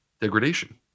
degradation